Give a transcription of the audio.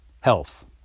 health